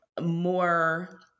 more